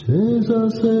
Jesus